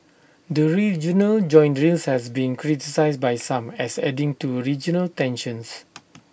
the joint drills has been criticised by some as adding to A regional tensions